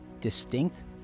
distinct